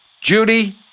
Judy